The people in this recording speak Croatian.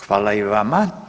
Hvala i vama.